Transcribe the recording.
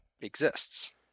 exists